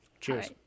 Cheers